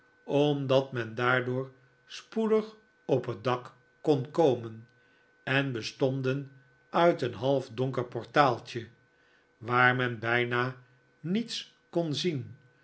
omdat men daardoor spoedig op het dak kon komen en bestonden uit een half donker portaaltje waar men bijna niets kon zien